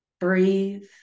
breathe